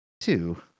two